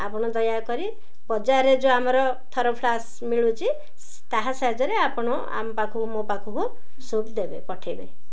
ଆପଣ ଦୟାକରି ବଜାରରେ ଯେଉଁ ଆମର ଥର୍ମୋଫ୍ଲାସ୍କ୍ ମିଳୁଛି ତାହା ସାହାଯ୍ୟରେ ଆପଣ ଆମ ପାଖକୁ ମୋ ପାଖକୁ ସୁପ୍ ଦେବେ ପଠେଇବେ